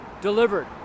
delivered